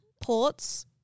Ports